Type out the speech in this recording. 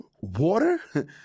Water